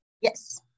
Yes